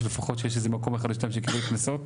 שיש איזה מקום אחד או שניים שקיבל קנסות.